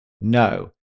no